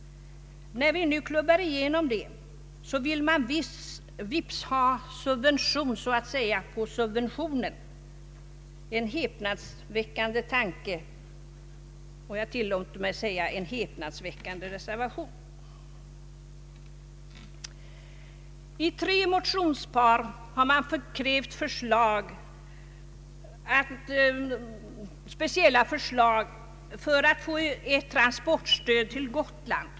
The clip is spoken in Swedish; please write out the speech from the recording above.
När vi nu klubbar igenom ett sådant, finns det alltså de som vips vill ha så att säga subvention på subventionen. En häpnandsväckande tanke och — det tillåter jag mig säga — en häpnadsväckande reservation! I tre motionspar har krävts speciella förslag om ett transportstöd till Gotland.